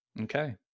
Okay